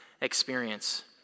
experience